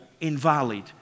invalid